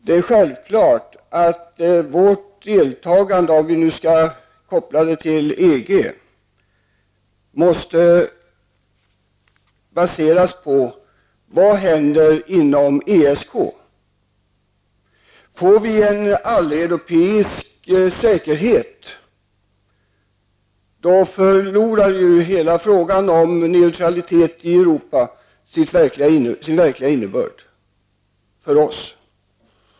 Det är självklart att vårt deltagande, om det nu skall vara en koppling till EG, måste baseras på följande fråga: Vad händer inom ESK? Om det blir en alleuropeisk säkerhet, förlorar ju hela frågan om neutralitet i Europa sin verkliga innebörd för oss.